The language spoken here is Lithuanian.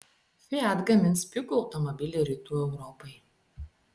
fiat gamins pigų automobilį rytų europai